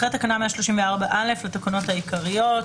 הוספת סימן ו' לפרק א' והוספת פרק א'1 אחרי תקנה 134א לתקנות העיקריות,